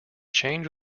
change